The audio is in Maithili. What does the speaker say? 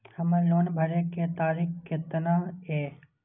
हमर लोन भरे के तारीख केतना ये?